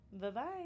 Bye-bye